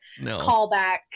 callback